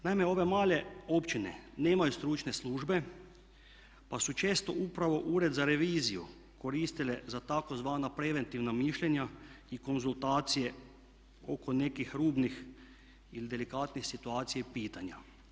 Naime ove male općine nemaju stručne službe pa su često upravo ured za reviziju koristile za tzv. preventivna mišljenja i konzultacije oko nekih rubnih ili delikatnih situacija i pitanja.